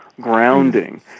grounding